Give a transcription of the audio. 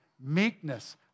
meekness